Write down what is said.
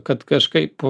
kad kažkaip